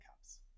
caps